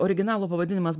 originalo pavadinimas